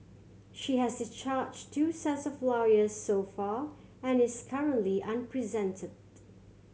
she has discharged two sets of lawyers so far and is currently unrepresented